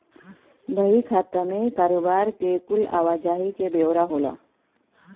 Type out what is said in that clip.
बही खाता मे कारोबार के कुल आवा जाही के ब्योरा होला